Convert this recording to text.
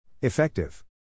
effective